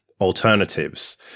alternatives